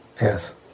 yes